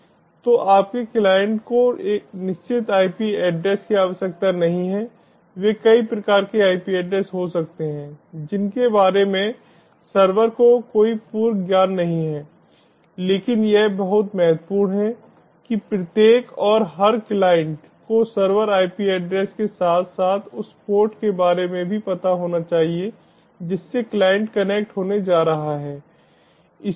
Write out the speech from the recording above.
तो आपके क्लाइंट को निश्चित IP एड्रेस की आवश्यकता नहीं है वे कई प्रकार के IP एड्रेस हो सकते हैं जिनके बारे में सर्वर को कोई पूर्व ज्ञान नहीं है लेकिन यह बहुत महत्वपूर्ण है कि प्रत्येक और हर क्लाइंट को सर्वर IP एड्रेस के साथ साथ उस पोर्ट के बारे में भी पता होना चाहिए जिससे क्लाइंट कनेक्ट होने जा रहा है